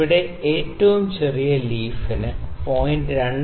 ഇവിടെ ഏറ്റവും ചെറിയ ലീഫിന് 0